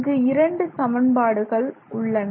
இங்கு இரண்டு சமன்பாடுகள் உள்ளன